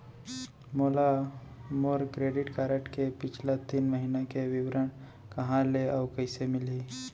मोला मोर credit card के पिछला तीन महीना के विवरण कहाँ ले अऊ कइसे मिलही?